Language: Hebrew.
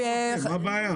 מה הבעיה.